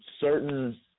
certain